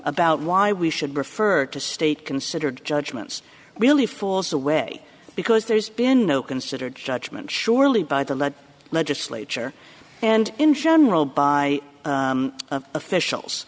about why we should refer to state considered judgments really falls away because there's been no considered judgment surely by the lead legislature and in general by officials